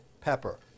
pepper